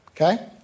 Okay